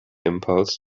impulse